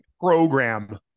program